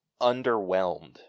underwhelmed